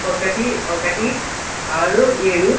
ఒకటి ఒకటి ఆరు ఏడు